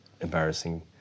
embarrassing